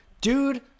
Dude